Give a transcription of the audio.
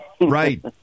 right